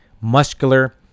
muscular